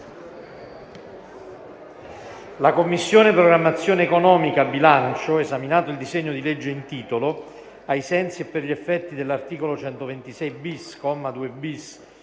la Commissione programmazione economica, bilancio, esaminato il disegno di legge in titolo, ai sensi e per gli effetti dell'articolo 126-*bis,*